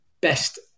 best